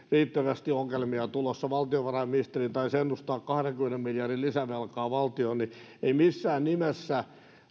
riittävästi ongelmia tulossa valtiovarainministeriö taisi ennustaa kahdenkymmenen miljardin lisävelkaa valtiolle ettei missään nimessä